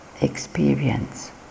Experience